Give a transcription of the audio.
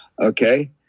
Okay